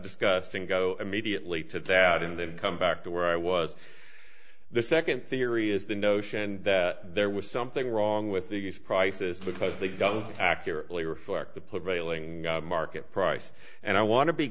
discussed and go immediately to that and then come back to where i was the second theory is the notion that there was something wrong with these prices because they don't accurately reflect the put veiling market price and i want to be